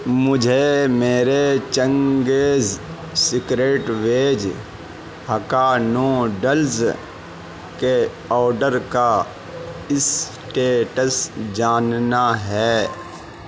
مجھے میرے Ching's secret veg hakka noodles کے آڈر کا اسٹیٹس جاننا ہے